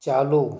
चालू